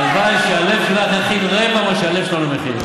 הלוואי שהלב שלך יכיל רבע ממה שהלב שלנו מכיל.